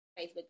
Facebook